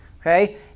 Okay